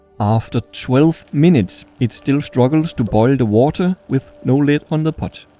after twelve minutes it still struggles to boil the water with no lid on the pot.